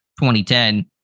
2010